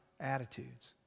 attitudes